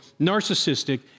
narcissistic